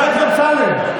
גנב אותם.